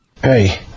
Hey